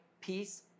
peace